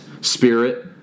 spirit